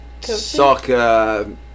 soccer